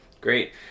great